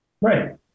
Right